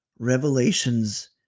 Revelations